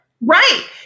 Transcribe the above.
Right